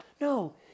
No